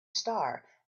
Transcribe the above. star